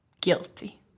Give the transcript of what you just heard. guilty